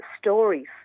stories